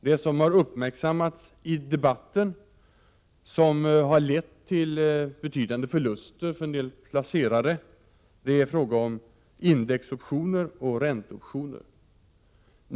De som har uppmärksammats i debatten och som har inneburit betydande förluster för en del placerare är indexoptioner och ränteoptioner.